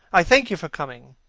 i thank you for coming.